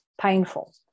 painful